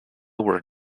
were